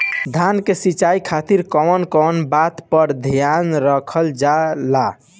धान के सिंचाई खातिर कवन कवन बात पर ध्यान रखल जा ला?